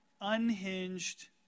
unhinged